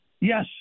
Yes